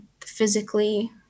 physically